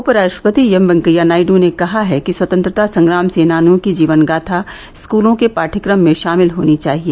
उपराष्ट्रपति एमवैंकैया नायड् ने कहा है कि स्वतंत्रता संग्राम सेनानियों की जीवन गाथा हमारे स्कूलों के पाठ्यक्रम में शामिल होनी चाहिए